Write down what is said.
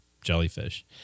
jellyfish